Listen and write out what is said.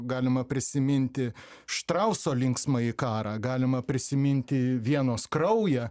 galima prisiminti štrauso linksmąjį karą galima prisiminti vienos kraują